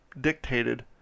dictated